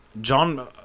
John